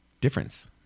difference